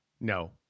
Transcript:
No